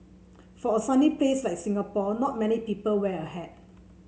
for a sunny place like Singapore not many people wear a hat